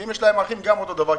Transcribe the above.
ואם יש להם אחים אותו הדבר,